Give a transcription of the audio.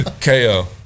KO